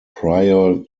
prior